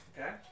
Okay